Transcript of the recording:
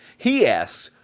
he asks,